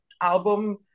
album